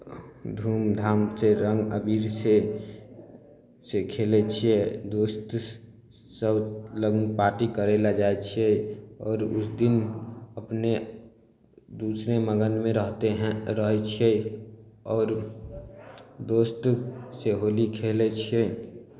धूमधामसँ रङ्ग अबीरसँ से खेलै छियै दोस्तसभ लगमे पार्टी करय लेल जाइ छियै आओर उस दिन अपने दूसरे मगनमे रहते हैं रहै छियै आओर दोस्तसँ होली खेलै छियै